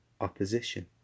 opposition